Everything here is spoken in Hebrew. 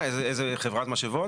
מהי חברת משאבות?